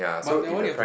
but that one you have to